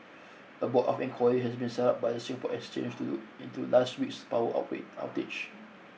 a board of inquiry has been set up by the Singapore Exchange to do into last week's power outrage outage